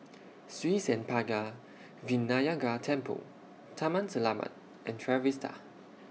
Sri Senpaga Vinayagar Temple Taman Selamat and Trevista